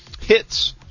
hits